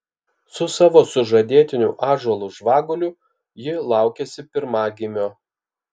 su savo sužadėtiniu ąžuolu žvaguliu ji laukiasi pirmagimio